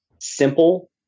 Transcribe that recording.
simple